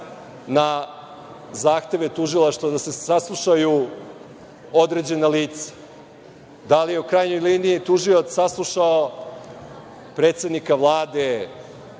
na zahteve tužilaštva da se saslušaju određena lica? Da li je u krajnjoj liniji tužilac saslušao predsednika Vlade,